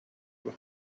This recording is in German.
über